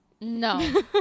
no